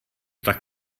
tak